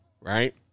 right